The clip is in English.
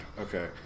Okay